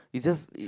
is just it